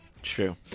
True